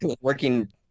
Working